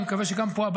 אני מקווה שגם פה,